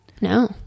No